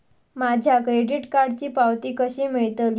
माझ्या क्रेडीट कार्डची पावती कशी मिळतली?